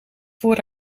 voor